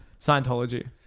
Scientology